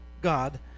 God